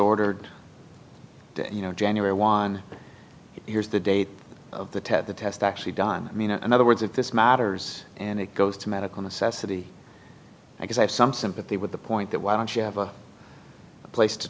ordered you know january won here's the date of the test the test actually done i mean in other words if this matters and it goes to medical necessity i guess i have some sympathy with the point that why don't you have a place to